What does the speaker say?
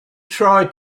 try